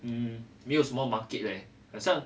um 没有什么 market leh 很像